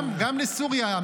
גם בסוריה.